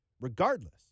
regardless